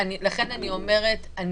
לכן אני אומרת,